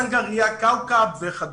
טובה זנגריה וכדומה.